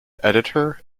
editor